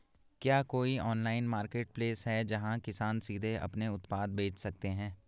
क्या कोई online marketplace है, जहां किसान सीधे अपने उत्पाद बेच सकते हैं?